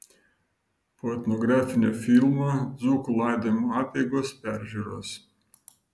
po etnografinio filmo dzūkų laidojimo apeigos peržiūros